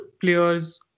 players